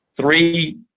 three